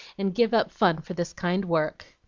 and give up fun, for this kind work!